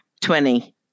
Twenty